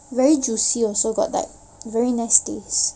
very juicy also got like very nice taste